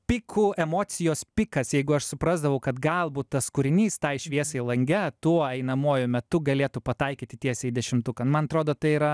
pikų emocijos pikas jeigu aš suprasdavau kad galbūt tas kūrinys tai šviesai lange tuo einamuoju metu galėtų pataikyti tiesiai į dešimtuką nu man atrodo tai yra